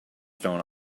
stone